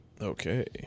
Okay